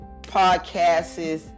podcasts